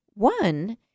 One